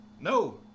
no